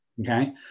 Okay